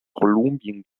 kolumbien